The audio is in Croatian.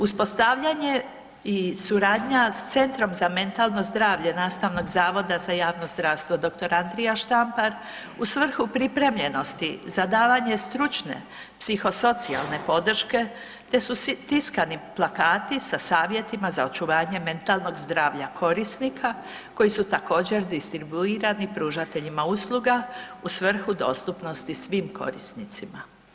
Uspostavljanje i suradnja s Centrom za mentalno zdravlje Nastavnog zavoda za javno zdravstvo dr. Andrija Štampar u svrhu pripremljenosti za davanje stručne psihosocijalne podrške te su tiskani plakati sa savjetima za očuvanje mentalnog zdravlja korisnika koji su također distribuirani pružateljima usluga u svrhu dostupnosti svim korisnicima.